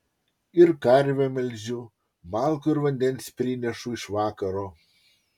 ir karvę melžiu malkų ir vandens prinešu iš vakaro